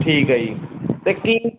ਠੀਕ ਹੈ ਜੀ ਅਤੇ ਕੀ